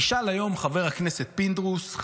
היום נשאל חבר הכנסת פינדרוס,